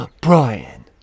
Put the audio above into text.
Brian